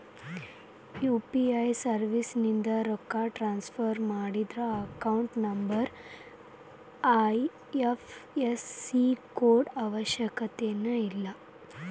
UPI ಸರ್ವಿಸ್ಯಿಂದ ರೊಕ್ಕ transfer ಮಾಡಿದ್ರ ಅಕೌಂಟ್ ನಂಬರ್ ಐ.ಎಫ್.ಎಸ್.ಸಿ ಕೋಡ್ ಅವಶ್ಯಕತೆನ ಇಲ್ಲ